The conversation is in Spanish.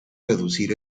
reducir